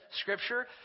scripture